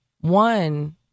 One